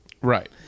Right